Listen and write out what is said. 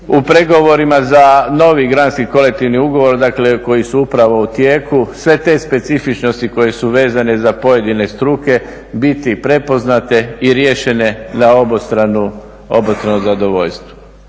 u pregovorima za novi granski kolektivni ugovor koji su upravo u tijeku sve te specifičnosti koje su vezane za pojedine struke biti prepoznate i riješene na obostrano zadovoljstvo.